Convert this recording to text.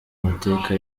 mateka